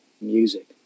music